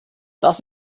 das